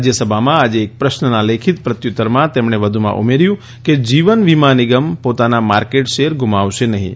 રાજ્યસભામાં આજે એક પ્રશ્નના લેખિત પ્રત્યુત્તરમાં તેમણે વધુમાં ઉમેર્યું કે જીવન વીમા નિગમ પોતાના માર્કેટ શેર ગુમાવશે નહીં